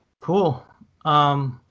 Cool